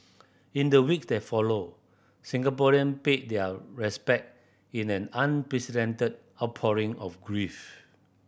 in the week that followed Singaporean paid their respect in an unprecedented outpouring of grief